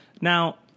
Now